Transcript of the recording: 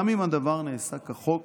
גם אם הדבר נעשה כחוק